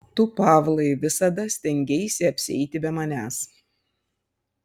tu pavlai visada stengeisi apsieiti be manęs